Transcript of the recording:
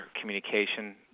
communication